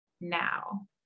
now